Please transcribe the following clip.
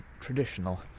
traditional